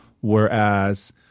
whereas